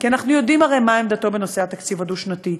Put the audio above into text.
כי אנחנו יודעים הרי מה עמדתו בנושא התקציב הדו-שנתי.